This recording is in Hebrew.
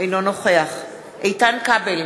אינו נוכח איתן כבל,